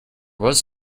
was